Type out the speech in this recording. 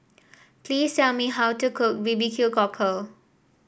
please tell me how to cook B B Q Cockle